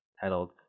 titled